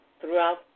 throughout